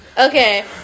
Okay